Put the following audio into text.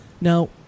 Now